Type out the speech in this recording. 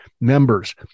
members